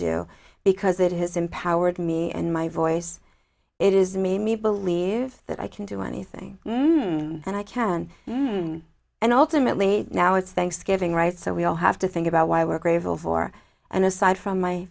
do because it has empowered me and my voice it is made me believe that i can do anything that i can and ultimately now it's thanksgiving right so we all have to think about why we're grateful for and aside from my